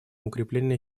укрепление